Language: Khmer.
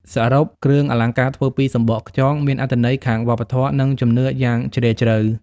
សរុប គ្រឿងអលង្ការធ្វើពីសំបកខ្យងមានអត្ថន័យខាងវប្បធម៌ និងជំនឿយ៉ាងជ្រាលជ្រៅ។